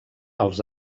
als